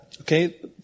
Okay